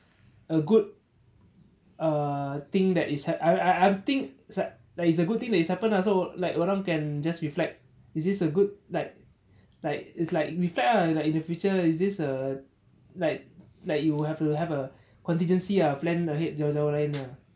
a good err thing that is happe~ I I I think like it's a good thing that is happened lah so like orang can just reflect is this a good like like it's like reflect ah like in the future is this ah like like you have to have a contingency plan ahead jauh jauh lain ah